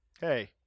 Hey